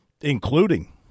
including